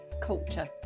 culture